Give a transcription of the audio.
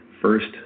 first